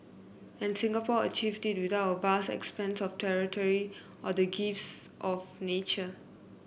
and Singapore achieved it without a vast expanse of territory or the gifts of nature